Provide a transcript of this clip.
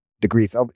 degrees